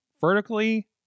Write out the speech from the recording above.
vertically